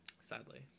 sadly